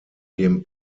dem